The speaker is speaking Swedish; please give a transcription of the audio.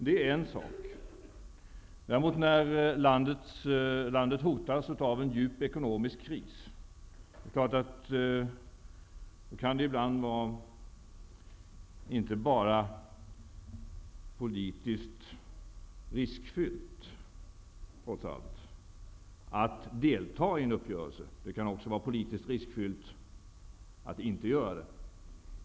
När landet däremot hotas av en djup ekonomisk kris, kan det ibland inte bara vara politiskt riskfyllt att delta i en uppgörelse. Det kan också vara politiskt riskfyllt att inte göra det.